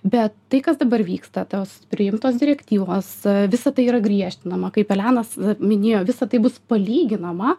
bet tai kas dabar vyksta tos priimtos direktyvos visa tai yra griežtinama kaip elenos minėjo visa tai bus palyginama